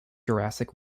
jurassic